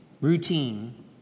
routine